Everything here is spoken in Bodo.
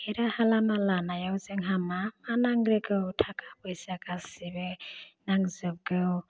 बे राहा लामा लानायाव जोंहा मा मा नांग्रोगौ थाखा फैसा गासिबो नांजोबगौ